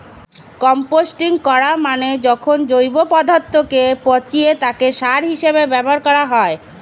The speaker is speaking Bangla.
কম্পোস্টিং করা মানে যখন জৈব পদার্থকে পচিয়ে তাকে সার হিসেবে ব্যবহার করা হয়